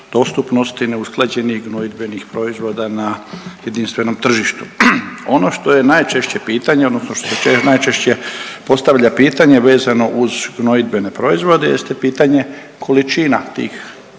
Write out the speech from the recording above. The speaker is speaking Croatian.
dostupnosti neusklađenih gnojidbenih proizvoda na jedinstvenom tržištu. Ono što je najčešće pitanje odnosno što se najčešće postavlja pitanje vezno uz gnojidbene proizvode jeste pitanje količina tih